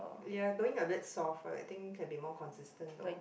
you're going a bit soft for that thing can be more consistent though